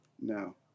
no